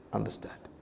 Understand